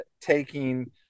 taking